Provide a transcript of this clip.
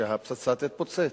שהפצצה תתפוצץ,